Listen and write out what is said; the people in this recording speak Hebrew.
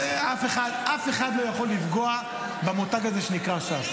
אף אחד לא יכול לפגוע במותג הזה שנקרא ש"ס.